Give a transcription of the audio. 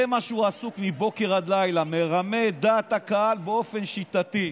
זה מה שהוא עסוק מבוקר עד לילה: מרמה את דעת הקהל באופן שיטתי.